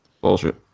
Bullshit